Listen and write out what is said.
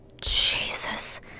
Jesus